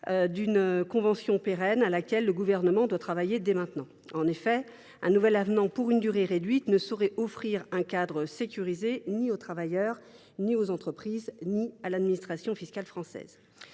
d’une convention pérenne. Le Gouvernement doit y travailler dès maintenant. En effet, un nouvel avenant, à la durée réduite, ne saurait offrir un cadre sécurisé ni aux travailleurs, ni aux entreprises, ni à l’administration fiscale française.